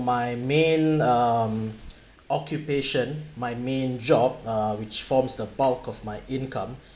my main um occupation my main job uh which forms the bulk of my income